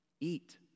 Eat